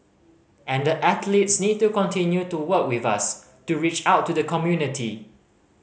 and the athletes need to continue to work with us to reach out to the community